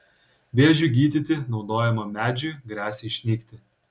vėžiui gydyti naudojamam medžiui gresia išnykti